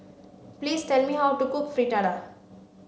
please tell me how to cook Fritada